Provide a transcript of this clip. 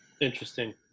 Interesting